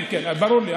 כן, כן, ברור לי.